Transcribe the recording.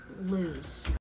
lose